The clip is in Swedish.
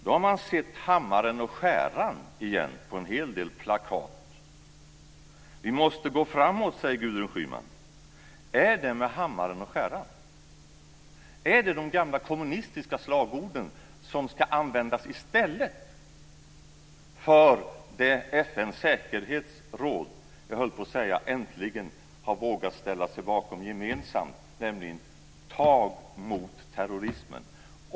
Då har man sett hammaren och skäran på en hel del plakat igen. Vi måste gå framåt, säger Gudrun Schyman. Är det med hammaren och skäran? Är det de gamla kommunistiska slagorden som ska användas i stället för det FN:s säkerhetsråd - äntligen, höll jag på att säga - har vågat ställa sig bakom gemensamt, nämligen tag mot terrorismen?